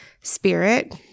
Spirit